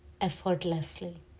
effortlessly